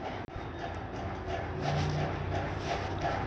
Debit card के बारे में हमें विस्तार से बताएं यह क्या काम आता है?